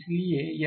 इसलिए यह